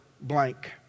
blank